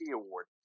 award